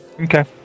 Okay